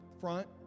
front